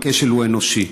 הכשל הוא אנושי.